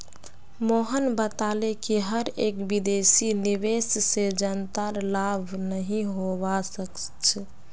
मोहन बताले कि हर एक विदेशी निवेश से जनतार लाभ नहीं होवा सक्छे